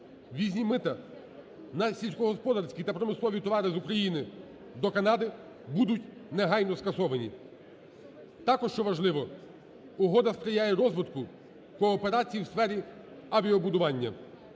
Ввізні мита на сільськогосподарські та промислові товари з України до Канади будуть негайно скасовані. Також, що важливо, угода сприяє розвитку кооперації у сфері авіабудування.